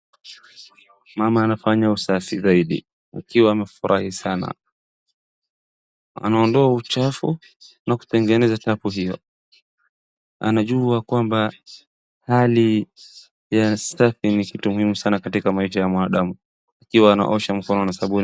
Mama anafanya usafi zaidi akiwa amefurahi sana, anaondoa uchafu na kutengeneza tapu hiyo. Anajua kwamba hali ya usafi ni kitu muhimu sana katika maisha ya binadamu, akiwa anaosha mikono na sabuni.